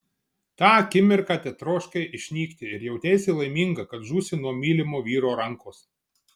tą akimirką tetroškai išnykti ir jauteisi laiminga kad žūsi nuo mylimo vyro rankos